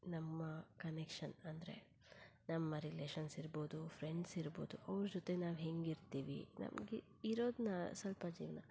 ನಮ್ಮ ಕನೆಕ್ಷನ್ ಅಂದರೆ ನಮ್ಮ ರಿಲೇಶನ್ಸ್ ಇರ್ಬೋದು ಫ್ರೆಂಡ್ಸ್ ಇರ್ಬೋದು ಅವ್ರ ಜೊತೆ ನಾವು ಹೆಂಗೆ ಇರ್ತೀವಿ ನಮಗೆ ಇರೋದನ್ನ ಸ್ವಲ್ಪ ಜೀವನ